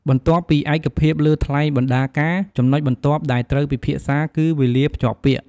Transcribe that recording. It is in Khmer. បន្ទាប់ពីឯកភាពលើថ្លៃបណ្ណាការ ចំណុចបន្ទាប់ដែលត្រូវពិភាក្សាគឺ វេលាភ្ជាប់ពាក្យ។